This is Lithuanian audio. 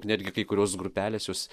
netgi kai kurios grupelės jos